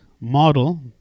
model